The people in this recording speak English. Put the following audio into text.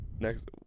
Next